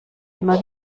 immer